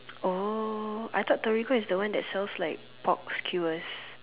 oh I thought Torigo is the one that sells like pork skewers